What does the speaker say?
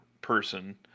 person